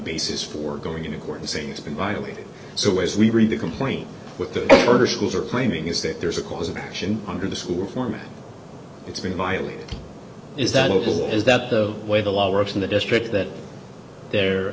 basis for going into court and saying it's been violated so as we read the complaint with the order schools are claiming is that there's a cause of action under the school form and it's being violated is that local is that the way the law works in the district that there